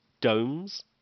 domes